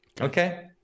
okay